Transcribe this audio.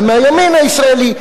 גם מהימין הישראלי,